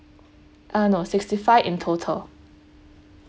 uh no sixty five in total